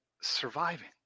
surviving